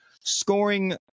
scoring